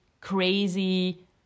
crazy